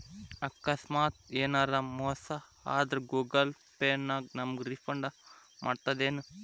ಆಕಸ್ಮಾತ ಯೆನರ ಮೋಸ ಆದ್ರ ಗೂಗಲ ಪೇ ನಮಗ ರಿಫಂಡ್ ಮಾಡ್ತದೇನು?